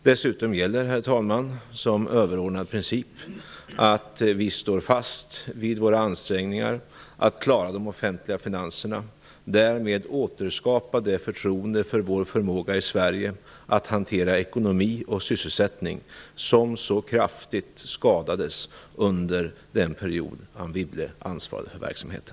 Dessutom gäller, herr talman, som överordnad princip att vi står fast vid våra ansträngningar att klara de offentliga finanserna och därmed återskapa det förtroende för vår förmåga i Sverige att hantera ekonomi och sysselsättning som så kraftigt skadades under den period då Anne Wibble ansvarade för verksamheten.